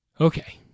Okay